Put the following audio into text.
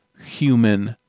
human